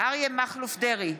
אריה מכלוף דרעי,